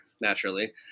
naturally